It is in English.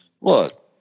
look